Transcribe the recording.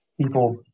people